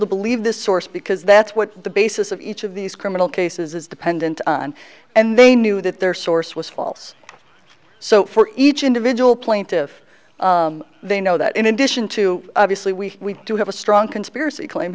to believe this source because that's what the basis of each of these criminal cases is dependent on and they knew that their source was false so each individual plaintive they know that in addition to sleep we do have a strong conspiracy claim